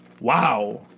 wow